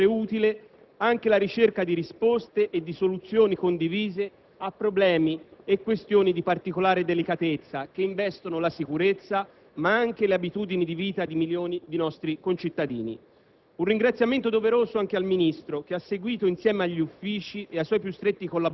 che hanno reso possibile, oltre ad un proficuo confronto, sempre utile, anche la ricerca di risposte e di soluzioni condivise a problemi e questioni di particolare delicatezza che investono la sicurezza, ma anche le abitudini di vita di milioni di nostri concittadini.